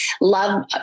love